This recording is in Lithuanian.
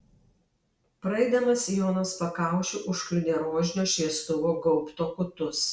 praeidamas jonas pakaušiu užkliudė rožinio šviestuvo gaubto kutus